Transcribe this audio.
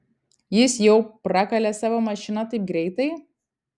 jis jau prakalė savo mašiną taip greitai